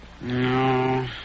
No